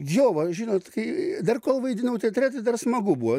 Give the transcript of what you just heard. jo va žinot kai dar kol vaidinau teatre tai dar smagu buvo